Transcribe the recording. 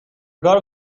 کار